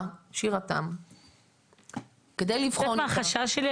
תם כדי לבחון --- את יודעת מה החשש שלי?